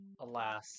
Alas